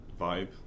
vibe